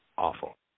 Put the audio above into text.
awful